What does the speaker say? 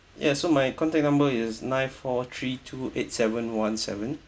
ya so my contact number is nine four three two eight seven one seven